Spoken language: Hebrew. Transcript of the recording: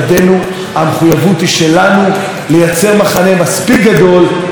לייצר מחנה מספיק גדול כדי ליצור אלטרנטיבה לממשלה הזאת.